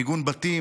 מיגון בתים,